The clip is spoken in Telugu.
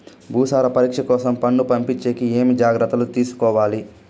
భూసార పరీక్ష కోసం మన్ను పంపించేకి ఏమి జాగ్రత్తలు తీసుకోవాలి?